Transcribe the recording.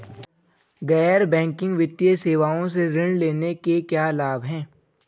गैर बैंकिंग वित्तीय सेवाओं से ऋण लेने के क्या लाभ हैं?